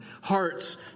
hearts